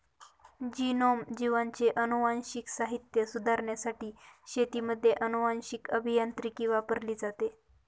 genome, जीवांचे अनुवांशिक साहित्य सुधारण्यासाठी शेतीमध्ये अनुवांशीक अभियांत्रिकी वापरली जाते